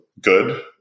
good